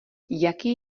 jaký